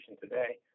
today